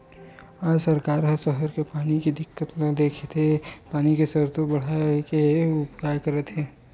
आज सरकार ह सहर के पानी के दिक्कत ल देखके पानी के सरोत बड़हाए के उपाय करत हे